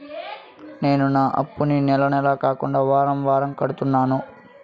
నేను నా అప్పుని నెల నెల కాకుండా వారం వారం కడుతున్నాను